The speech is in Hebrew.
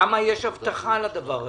כמה אבטחה יש לדבר הזה?